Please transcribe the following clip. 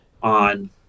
on